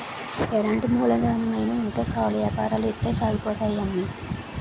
ఎలాంటి మూలధనమైన ఉంటే సాలు ఏపారాలు ఇట్టే సాగిపోతాయి అమ్మి